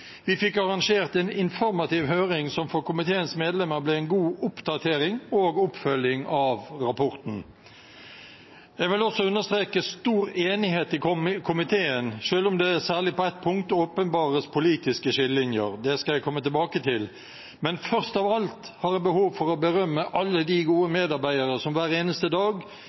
Vi fikk arrangert en informativ høring, som for komiteens medlemmer ble en god oppdatering og oppfølging av rapporten. Jeg vil også understreke stor enighet i komiteen, selv om det særlig på ett punkt åpenbares politiske skillelinjer. Det skal jeg komme tilbake til, men først av alt har jeg behov for å berømme alle de gode medarbeidere som hver eneste dag